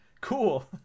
Cool